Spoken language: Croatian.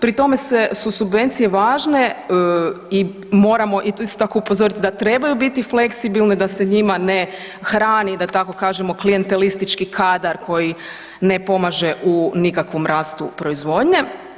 Pri tome su subvencije važne i moramo isto tako upozoriti da trebaju biti fleksibilne da se njima ne hrani da tako kažemo klijentelistički kadar koji ne pomaže u nikakvom rastu proizvodnje.